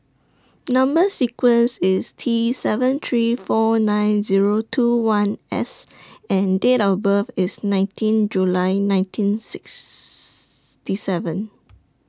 Number sequence IS T seven three four nine Zero two one S and Date of birth IS nineteen July nineteen sixty seven